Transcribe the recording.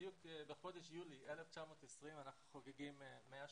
בדיוק בחודש יולי 1920. אנחנו חוגגים 100 שנים.